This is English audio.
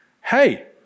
hey